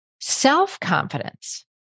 Self-confidence